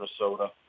Minnesota